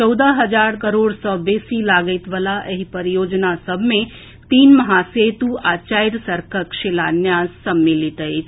चौदह हजार करोड़ सँ बेसी लागति वला एहि परियोजना सभ मे तीन महासेतु आ चारि सड़कक शिलान्यास सम्मिलित अछि